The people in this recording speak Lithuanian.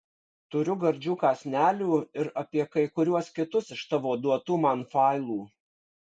turiu gardžių kąsnelių ir apie kai kuriuos kitus iš tavo duotų man failų